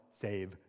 save